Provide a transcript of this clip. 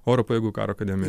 oro pajėgų karo akademiją